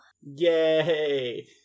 Yay